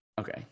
Okay